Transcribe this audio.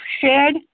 shared